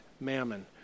mammon